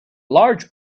large